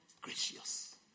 Gracious